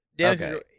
Okay